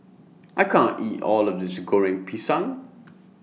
I can't eat All of This Goreng Pisang